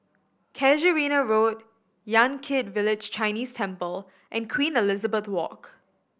Casuarina Road Yan Kit Village Chinese Temple and Queen Elizabeth Walk